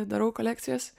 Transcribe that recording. darau kolekcijas